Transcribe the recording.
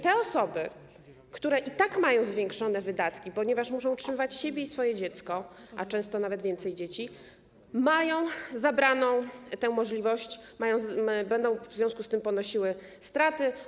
Te osoby, które i tak mają zwiększone wydatki, ponieważ muszą utrzymywać siebie i swoje dziecko, a często nawet więcej dzieci, mają zabraną tę możliwość, w związku z tym będą ponosiły straty.